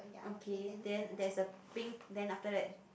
okay then there is a pink then after that